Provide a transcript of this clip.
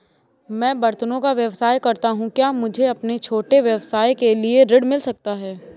मैं बर्तनों का व्यवसाय करता हूँ क्या मुझे अपने छोटे व्यवसाय के लिए ऋण मिल सकता है?